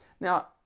Now